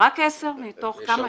רק עשר, מתוך כמה?